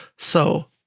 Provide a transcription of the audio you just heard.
so